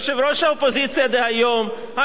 המשנה לראש הממשלה דאז,